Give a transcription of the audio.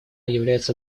является